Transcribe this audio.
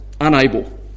unable